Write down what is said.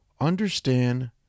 understand